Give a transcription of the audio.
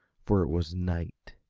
for it was night.